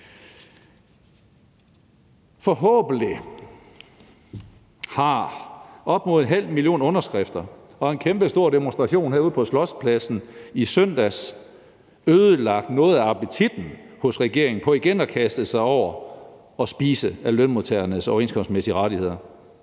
Forhåbentlig har op mod en halv million underskrifter og en kæmpestor demonstration herude på Slotspladsen i søndags ødelagt noget af appetitten hos regeringen på igen at kaste sig over og spise af lønmodtagernes overenskomstmæssige rettigheder.